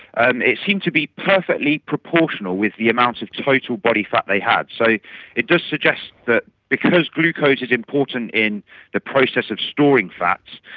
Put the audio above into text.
and it seemed to be perfectly proportional with the amount of total body fat they had. so it does suggest that because glucose is important in the process of storing fats,